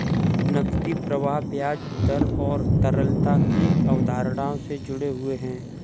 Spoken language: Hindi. नकदी प्रवाह ब्याज दर और तरलता की अवधारणाओं से जुड़े हुए हैं